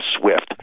Swift